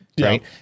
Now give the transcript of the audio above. Right